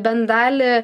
bent dalį